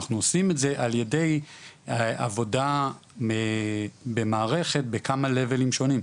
אנחנו עושים את זה על ידי עבודה במערכת בכמה לבלים שונים,